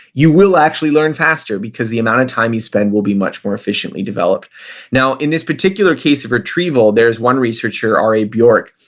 you will actually learn faster because the amount of time you spend will be much more efficiently developed in this particular case of retrieval, there's one researcher, r a. bjork,